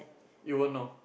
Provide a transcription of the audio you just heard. you won't know